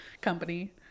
company